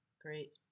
Great